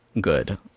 good